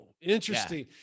Interesting